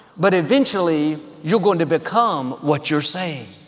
but eventually you're going to become what you're saying.